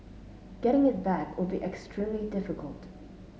getting it back would be extremely difficult